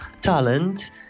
talent